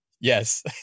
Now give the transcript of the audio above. Yes